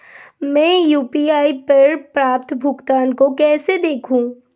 मैं यू.पी.आई पर प्राप्त भुगतान को कैसे देखूं?